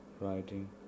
writing